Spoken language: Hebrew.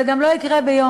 זה גם לא יקרה ביום,